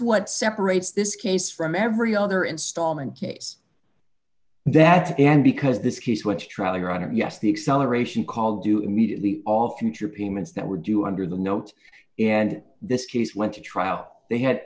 what separates this case from every other installment case that and because this case which trial your honor yes the acceleration call do immediately all future payments that were due under the note and this case went to trial they had